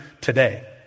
today